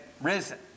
risen